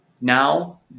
now